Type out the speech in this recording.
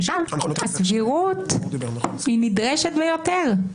שם הסבירות נדרשת ביותר.